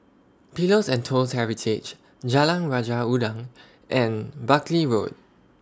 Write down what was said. Pillows and Toast Heritage Jalan Raja Udang and Buckley Road